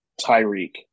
Tyreek